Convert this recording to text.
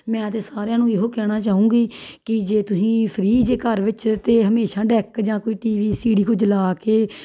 ਮੈਂ ਤਾਂ ਸਾਰਿਆਂ ਨੂੰ ਇਹ ਕਹਿਣਾ ਚਾਹਾਂਗੀ ਕਿ ਜੇ ਤੁਸੀਂ ਫਰੀ ਜੇ ਘਰ ਵਿੱਚ ਤਾਂ ਹਮੇਸ਼ਾ ਡੈਕ ਜਾਂ ਕੋਈ ਟੀ ਵੀ ਸੀ ਡੀ ਕੁਝ ਲਗਾ ਕੇ